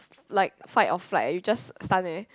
like fight or flight you just stun there